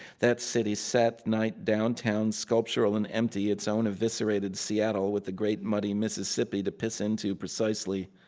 that city's sat-night downtown sculptural and empty, it's own eviscerated seattle with the great muddy mississippi to piss into precisely.